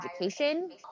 education